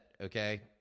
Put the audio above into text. okay